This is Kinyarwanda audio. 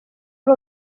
ari